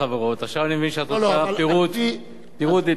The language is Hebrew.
עכשיו אני מבין שאת רוצה פירוט התפלגות של,